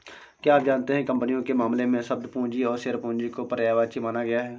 क्या आप जानते है कंपनियों के मामले में, शब्द पूंजी और शेयर पूंजी को पर्यायवाची माना गया है?